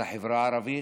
על החברה הערבית?